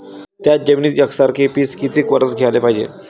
थ्याच जमिनीत यकसारखे पिकं किती वरसं घ्याले पायजे?